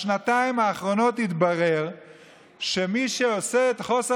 בשנתיים האחרונות התברר שמי שעושה את חוסר